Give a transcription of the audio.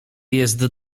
jest